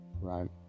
right